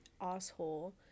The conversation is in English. Asshole